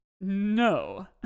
No